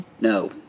No